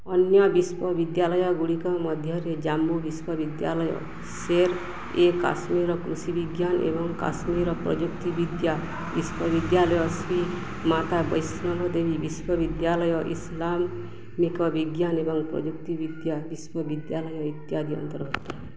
ଅନ୍ୟ ବିଶ୍ୱବିଦ୍ୟାଳୟ ଗୁଡ଼ିକ ମଧ୍ୟରେ ଜାମ୍ମୁ ବିଶ୍ୱବିଦ୍ୟାଳୟ ଶେର ଏ କାଶ୍ମୀର କୃଷି ବିଜ୍ଞାନ ଏବଂ କାଶ୍ମୀର ପ୍ରଯୁକ୍ତି ବିଦ୍ୟା ବିଶ୍ୱବିଦ୍ୟାଳୟ ଶ୍ରୀ ମାତା ବୈଷ୍ଣୋ ଦେବୀ ବିଶ୍ୱବିଦ୍ୟାଳୟ ଇସଲାମିକ ବିଜ୍ଞାନ ଏବଂ ପ୍ରଯୁକ୍ତି ବିଦ୍ୟା ବିଶ୍ୱବିଦ୍ୟାଳୟ ଇତ୍ୟାଦି ଅନ୍ତର୍ଭୁକ୍ତ